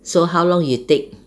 so how long you take